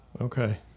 Okay